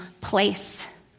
place